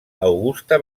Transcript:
augusta